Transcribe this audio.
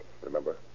Remember